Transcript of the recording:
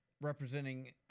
representing –